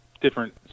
different